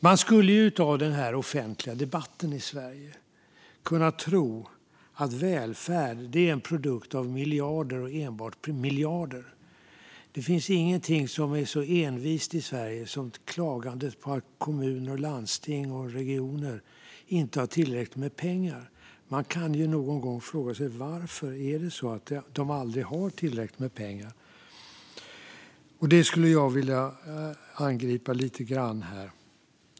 Man skulle av den offentliga debatten i Sverige kunna tro att välfärd är en produkt av miljarder och enbart miljarder. Det finns ingenting som är så envist i Sverige som klagandet på att kommuner, landsting och regioner inte har tillräckligt med pengar. Men man kan ju någon gång fråga sig varför det är så att de aldrig har tillräckligt med pengar. Det skulle jag vilja angripa lite grann.